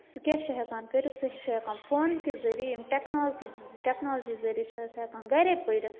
سُہ کیٛاہ چھُ ہٮ۪کان کٔرِتھ سُہ چھُ ہٮ۪کان فون کہِ ذٔریعہِ یِم ٹیکنا ٹیکنالجی ذٔریعہِ چھُ اَز ہٮ۪کان گَرے پٔرِتھ